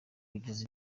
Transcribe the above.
kugeza